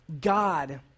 God